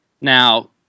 Now